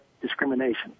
discrimination